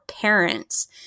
parents